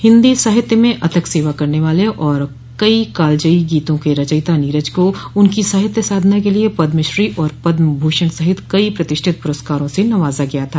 हिन्दी साहित्य में अथक सेवा करने वाले और कई कालजयी गीतों के रचयिता नीरज को उनकी साहित्य साधना के लिए पद्मश्री और पद्म भूषण सहित कई प्रतिष्ठित पुरस्कारों से नवाजा गया था